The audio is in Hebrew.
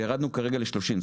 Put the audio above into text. וירדנו כרגע ל-30,000.